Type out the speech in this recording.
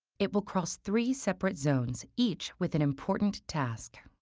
it will cross three separate zones, each with an important task.